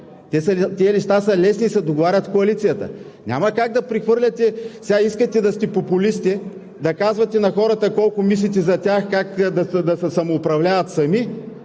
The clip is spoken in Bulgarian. Тези неща са лесни и се договарят в коалицията. Няма как да прехвърляте! Сега искате да сте популисти, да казвате на хората колко мислите за тях, как да се самоуправляват сами,